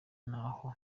naho